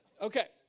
Okay